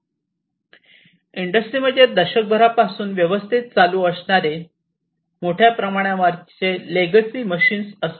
इंडस्ट्रीमध्ये दशकभरापासून व्यवस्थित चालू असणारे मोठ्याप्रमाणावरचे लेगसी मशीन्स असतात